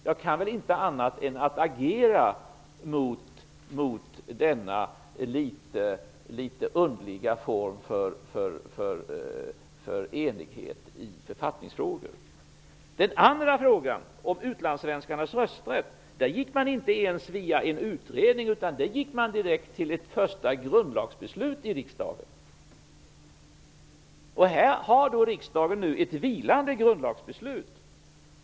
Jag kan väl inte annat än agera mot denna något underliga form för enighet i författningsfrågor. Vid frågan om utlandssvenskarnas rösträtt gick man inte ens via en utredning, utan man gick direkt till ett första grundlagsbeslut i riksdagen. På denna punkt har riksdagen ett vilande grundlagsbeslut.